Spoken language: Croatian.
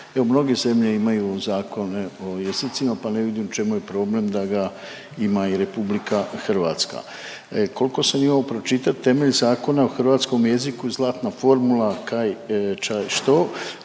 mnoge zemlje imaju zakone o jezicima, pa ne vidim u čemu je problem da ga ima i Republika Hrvatska. Koliko sam mogao pročitati temelj Zakona o hrvatskom jeziku zlatna formula kaj, šta, što